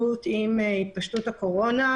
התפשטות הקורונה,